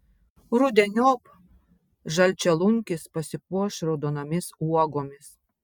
rudeniop žalčialunkis pasipuoš raudonomis uogomis